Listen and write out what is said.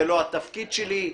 זה לא התפקיד שלי,